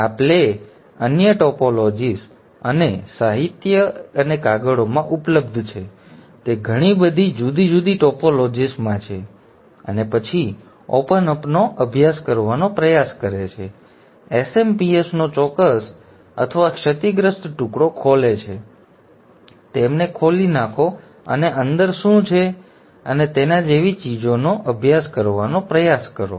આ પ્લે અન્ય ટોપોલોજીસ અને સાહિત્ય અને કાગળોમાં ઉપલબ્ધ છે તે ઘણી બધી જુદી જુદી ટોપોલોજીઝમાં છે અને પછી ઓપન અપ નો અભ્યાસ કરવાનો પ્રયાસ કરે છે SMPS નો ચોક્કસ તૂટેલો અથવા ક્ષતિગ્રસ્ત ટુકડો ખોલે છે તેમને ખોલી નાખો અને અંદર શું જાય છે અને તેના જેવી ચીજોનો અભ્યાસ કરવાનો પ્રયાસ કરો